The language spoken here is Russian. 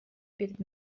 перед